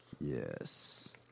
Yes